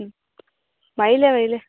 মাৰিলে মাৰিলে